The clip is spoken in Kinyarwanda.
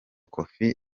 koffi